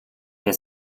der